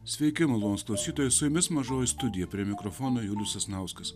sveiki malonūs klausytojai su jumis mažoji studija prie mikrofono julius sasnauskas